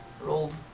Rolled